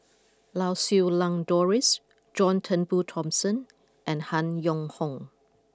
Lau Siew Lang Doris John Turnbull Thomson and Han Yong Hong